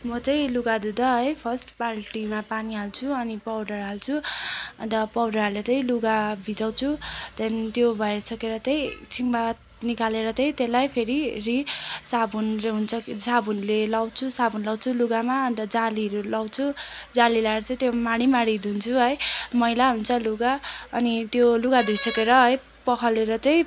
म चाहिँ लुगा धुँदा है फर्स्ट बाल्टीमा पानी हाल्छु अनि पाउडर हाल्छु अन्त पाउडर हालेर चाहिँ लुगा भिजाउँछु त्यहाँदेखि त्यो भइसकेर तै एकछिन बाद निकालेर तै त्यसलाई फेरि रि साबुनले हुन्छ कि साबुनले लगाउँछु साबुन लगाउँछु लुगामा अन्त जालीहरू लगाउँछु जाली लगाएर चाहिँ त्यो माडी माडी धुन्छु है मैला हुन्छ लुगा अनि त्यो लुगा धोइसकेर है पखालेर चाहिँ